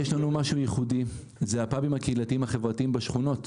יש לנו משהו ייחודי וזה הפאבים הקהילתיים החברתיים בשכונות.